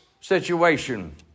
situation